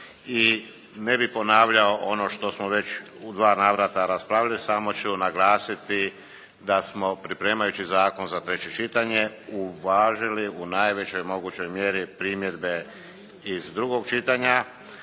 i ne bih ponavljao ono što smo već u dva navrata raspravljali samo ću naglasiti da smo pripremajući Zakon za treće čitanje uvažili u najvećoj mogućoj mjeri primjedbe iz drugog čitanja,